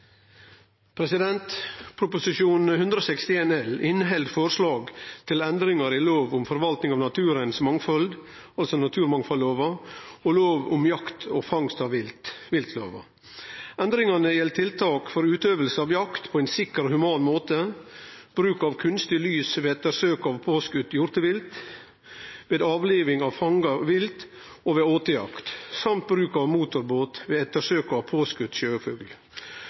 endringar i naturmangfaldlova og viltlova. Endringane gjeld tiltak for utøving av jakt på ein sikker og human måte, bruk av kunstig lys ved ettersøk av påskote hjortevilt, ved avliving av fanga vilt og ved åtejakt, samt bruk av motorbåt ved ettersøk av